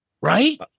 Right